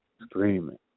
screaming